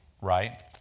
right